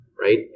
Right